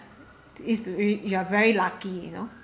if you are very lucky you know